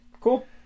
Cool